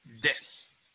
death